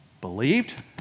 Believed